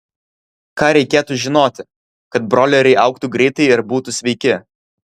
ką reikėtų žinoti kad broileriai augtų greitai ir būtų sveiki